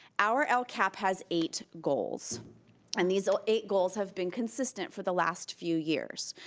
our our lcap has eight goals and these ah eight goals have been consistent for the last few years.